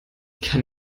kann